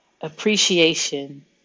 Appreciation